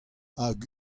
hag